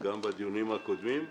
בדיונים הקודמים,